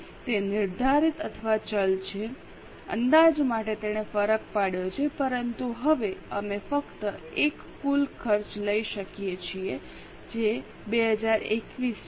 તે નિર્ધારિત અથવા ચલ છે અંદાજ માટે તેણે ફરક પાડ્યો છે પરંતુ હવે અમે ફક્ત એક કુલ ખર્ચ લઈ શકીએ છીએ જે 2021 છે